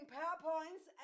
PowerPoints